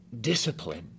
discipline